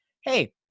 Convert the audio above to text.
hey